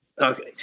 Okay